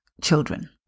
children